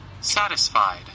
satisfied